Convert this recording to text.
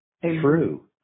true